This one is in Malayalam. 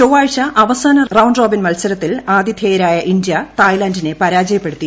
ചൊവ്വാഴ്ച അവസാന റൌണ്ട് റോബിൻ മത്സരത്തിൽ ആതിഥേയരായ ഇന്ത്യ തായ്ലന്റിനെ പരാജയപ്പെടുത്തിയിരുന്നു